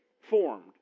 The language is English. formed